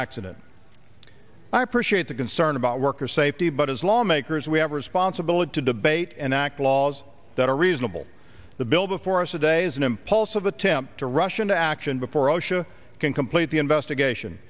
accident i appreciate the concern about worker safety but as lawmakers we have a responsibility to debate and act laws that are reasonable the bill before us today is an impulse of attempt to rush into action before osha can complete the investigation